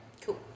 Cool